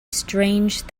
strange